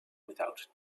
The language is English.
without